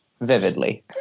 vividly